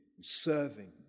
serving